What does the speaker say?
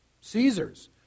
Caesar's